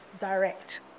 direct